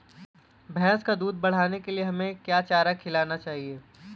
भैंस का दूध बढ़ाने के लिए हमें क्या चारा खिलाना चाहिए?